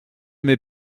mais